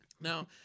Now